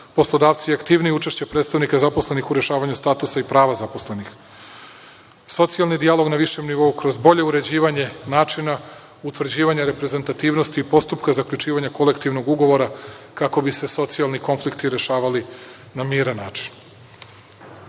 poslodavci i aktivnije učešće predstavnika zaposlenih u rešavanju statusa i prava zaposlenih, socijalni dijalog na višem nivou kroz bolje uređivanje načina, utvrđivanje reprezentativnosti i postupka zaključivanja kolektivnog ugovora, kako bi se socijalni konflikti rešavali na miran